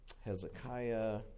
Hezekiah